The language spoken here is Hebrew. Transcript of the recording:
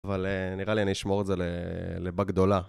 אבל נראה לי אני אשמור את זה לבגדולה.